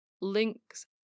links